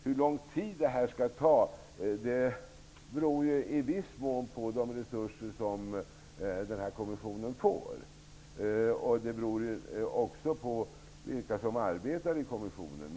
Hur lång tid detta skall ta beror i viss mån på de resurser som kommissionen får och på vilka som arbetar i den.